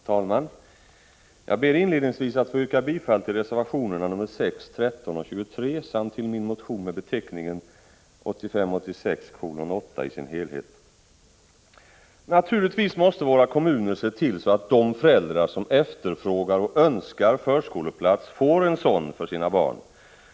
Herr talman! Jag ber inledningsvis att få yrka bifall till reservationerna nr 6, 13 och 23 samt till min motion med beteckningen 1985/86:8 i dess helhet. Naturligtvis måste våra kommuner se till att de föräldrar som efterfrågar och önskar förskoleplats får en sådan för sina barn.